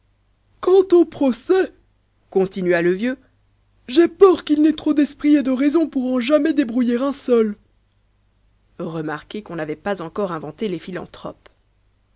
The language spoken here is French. quant aux procès continua le vieux j'ai peur qu'il n'ait trop d'esprit et de raison pour en jamais débrouiller un seul remarquez qu'on n'avait pas encore inventé les philanthropes